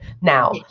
now